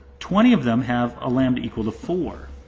twenty of them have a lambda equal to four.